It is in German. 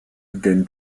den